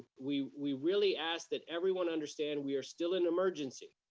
we we really ask that everyone understand we are still in emergency.